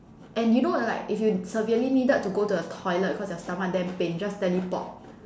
and you know like if you severely needed to go to the toilet cause your stomach damn pain just teleport